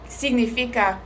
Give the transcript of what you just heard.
significa